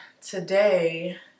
today